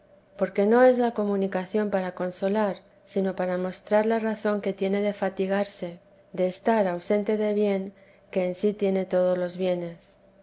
porque no es la comunicación para consolar sino para mostrar la razón que tiene de fatigarse de estar ausente de bien que en sí tiene todos los bienes